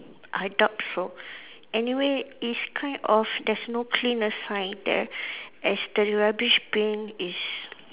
I doubt so anyway it's kind of there's no cleaner sign there as the rubbish bin is